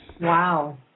Wow